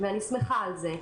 ואני שמחה על זה,